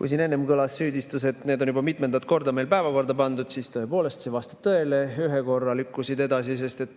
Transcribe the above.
Kui siin enne kõlas süüdistus, et need on juba mitmendat korda meil päevakorda pandud, siis tõepoolest, see vastab tõele. Ühe korra lükkusid edasi, sest me